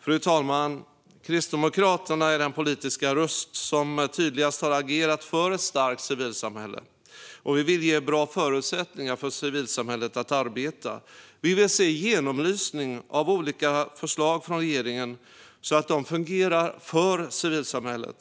Fru talman! Kristdemokraterna är den politiska röst som tydligast har agerat för ett starkt civilsamhälle. Vi vill ge bra förutsättningar för civilsamhället att arbeta. Vi vill se genomlysning av olika förslag från regeringen så att de fungerar för civilsamhället.